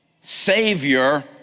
savior